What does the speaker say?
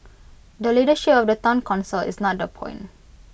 the leadership of the Town Council is not the point